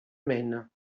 maine